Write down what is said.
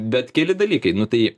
bet keli dalykai tai